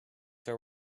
are